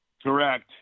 Correct